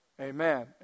Amen